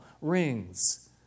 rings